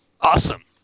Awesome